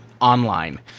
online